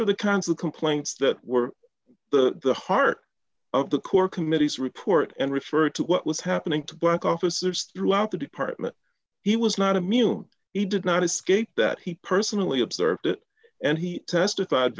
so the kinds of complaints that were the heart of the core committee's report and referred to what was happening to black officers throughout the department he was not immune he did not escape that he personally observed it and he testified